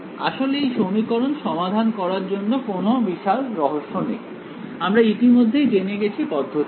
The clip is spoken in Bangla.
আসলে এই সমীকরণ সমাধান করার জন্য কোন বিশাল রহস্য নেই আমরা ইতিমধ্যেই জেনে গেছি পদ্ধতি কি